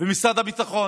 משרד הביטחון,